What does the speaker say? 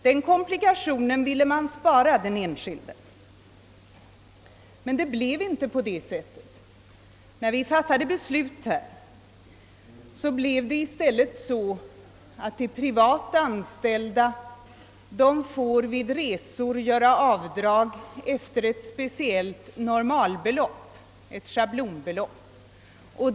Denna komplikation ville man nu bespara den enskilde, men så blev inte fallet. Riksdagens beslut blev i stället att de privatanställda vid resor får göra avdrag enligt ett speciellt s.k. normalbelopp av schablontyp.